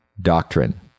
doctrine